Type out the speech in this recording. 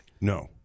No